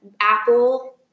Apple